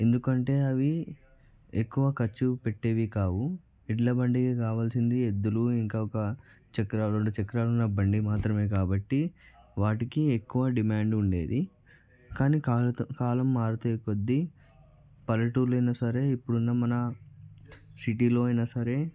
ఎందుకంటే అవి ఎక్కువ ఖర్చు పెట్టేవి కావు ఎడ్ల బండికి కావాలసింది ఎద్దులు ఇంకా ఒక చక్రాలు రెండు చక్రాలున్న బండి మాత్రమే కాబట్టి వాటికి ఎక్కువ డిమాండ్ ఉండేది కానీ కానీ కాలం మారుతాయి కొద్దిగా పల్లెటూర్లైనా సరే ఇప్పుడున్న మన సిటీలో అయినా సరే